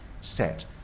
set